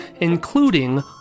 including